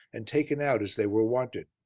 and taken out as they were wanted.